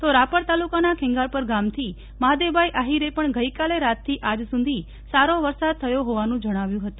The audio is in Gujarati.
તો રાપર તાલુકાના ખેંગારપર ગામથી મહાદેવ ભાઈ આફીરે પણ ગઈકાલે રાતથી આજ સુધી સારો વરસાદ થયો હોવાનું જણાવ્યું હતું